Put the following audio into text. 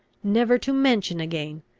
never to mention again,